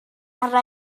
arna